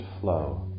flow